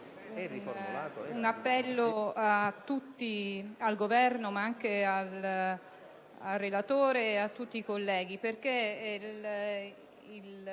un appello al Governo, al relatore e a tutti i colleghi,